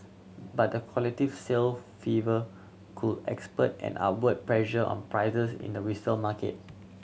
but the collective sale fever could expert an upward pressure on prices in the resale market